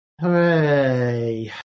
Hooray